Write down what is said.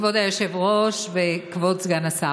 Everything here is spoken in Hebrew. כבוד היושב-ראש וכבוד סגן השר,